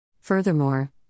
Furthermore